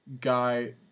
guy